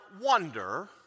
wonder